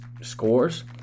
scores